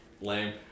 Lame